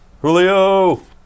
Julio